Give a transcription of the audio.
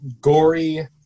gory